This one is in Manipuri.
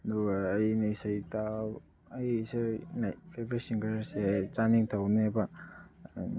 ꯑꯗꯨꯒ ꯑꯩꯅ ꯏꯁꯩ ꯑꯩ ꯏꯁꯩ ꯂꯥꯏꯛ ꯐꯦꯕꯔꯥꯏꯠ ꯁꯤꯡꯒꯔꯁꯦ ꯆꯥꯟ ꯅꯤꯡꯊꯧꯅꯦꯕ